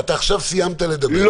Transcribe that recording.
עכשיו סיימת לדבר.